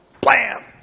Blam